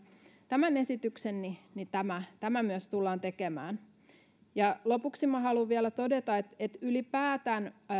tämän esityksen tämä myös tullaan tekemään lopuksi minä haluan vielä todeta että että ylipäätään